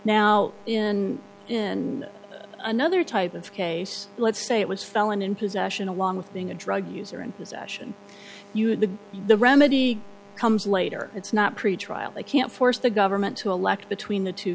now in in another type of case let's say it was felon in possession along with being a drug user in possession you had the the remedy comes later it's not pretrial they can't force the government to elect between the two